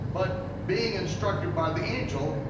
but being instructed by the angel,